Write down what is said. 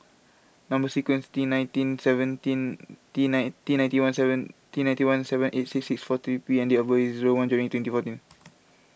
Number Sequence T nineteen seventeen T nine T ninety one seven T ninety one seven eight six four three P and date of birth is one January twenty fourteen